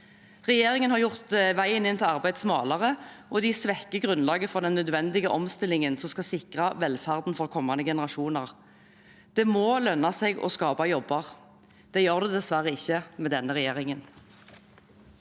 Regjeringen har gjort veien inn til arbeid smalere, og de svekker grunnlaget for den nødvendige omstillingen som skal sikre velferden for kommende generasjoner. Det må lønne seg å skape jobber. Det gjør det dessverre ikke med denne regjeringen.